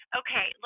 okay